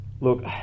look